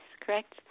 correct